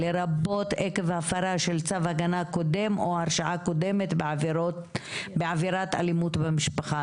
לרבות עקב הפרה של צו הגנה קודם או הרשעה קודמת בעבירת אלימות במשפחה,